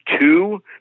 two